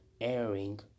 Airing